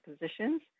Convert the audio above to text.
positions